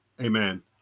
amen